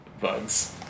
Bugs